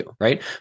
Right